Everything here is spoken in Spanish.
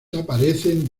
aparecen